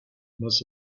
must